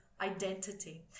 identity